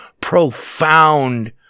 profound